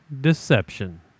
deception